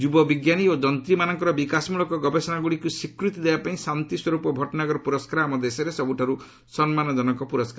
ଯୁବବିଜ୍ଞାନୀ ଓ ଯନ୍ତ୍ରୀମାନଙ୍କର ବିକାଶମୂଳକ ଗବେଷଣାଗୁଡ଼ିକୁ ସ୍ୱୀକୃତି ଦେବାପାଇଁ ଶାନ୍ତିସ୍ୱରୂପ ଭଟ୍ଟନଗର ପୁରସ୍କାର ଆମ ଦେଶରେ ସବୁଠାରୁ ସମ୍ମାନକନକ ପୁରସ୍କାର